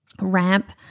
ramp